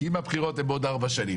אם הבחירות הן בעוד ארבע שנים,